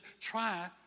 try